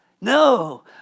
No